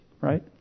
right